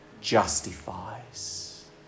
justifies